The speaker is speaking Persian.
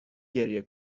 گریه